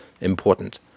important